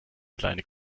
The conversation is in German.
kleine